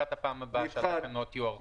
הבקשה לדיון מחדש בתקנה 7 אושרה.